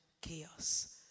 chaos